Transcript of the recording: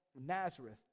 nazareth